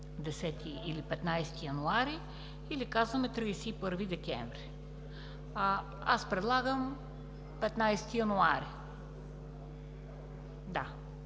10-и или 15 януари, или казваме 31 декември. Аз предлагам 15 януари.